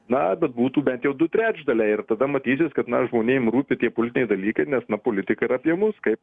na bet būtų bent jau du trečdaliai ir tada matytis kad na žmonėm rūpi tie politiniai dalykai nes na politika apie mus kaip